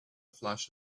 flash